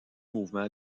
mouvements